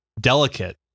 delicate